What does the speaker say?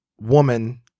woman